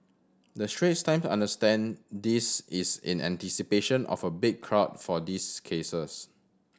the Straits Times understand this is in anticipation of a big crowd for these cases